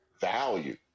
value